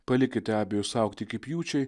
palikite abejus augti iki pjūčiai